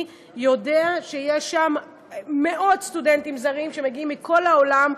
יודע שיש שם מאות סטודנטים זרים שמגיעים מכל העולם,